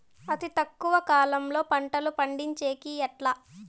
అతి తక్కువ కాలంలో పంటలు పండించేకి ఎట్లా?